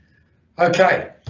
ok,